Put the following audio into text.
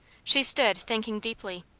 she stood thinking deeply.